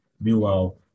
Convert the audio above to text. Meanwhile